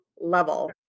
level